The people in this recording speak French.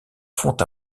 font